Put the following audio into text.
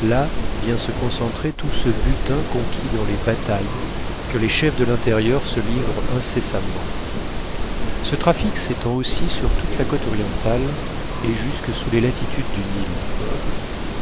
là vient se concentrer tout ce butin conquis dans les batailles que les chefs de l'intérieur se livrent incessamment ce trafic s'étend aussi sur toute la côte orientale et jusque sous les latitudes du nil